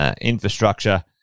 infrastructure